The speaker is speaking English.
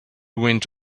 went